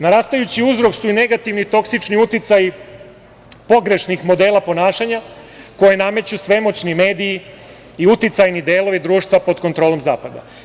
Narastajući uzrok su i negativni, toksični uticaji pogrešnih modela ponašanja koje nameću svemoćni mediji i uticajni delovi društva pod kontrolom zapada.